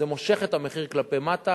זה מושך את המחיר כלפי מטה,